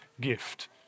gift